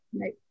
right